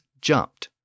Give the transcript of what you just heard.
jumped